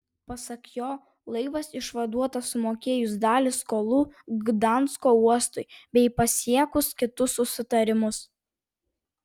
pasak jo laivas išvaduotas sumokėjus dalį skolų gdansko uostui bei pasiekus kitus susitarimus